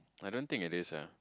I don't think it is lah